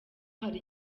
hari